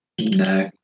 No